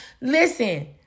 listen